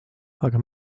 aga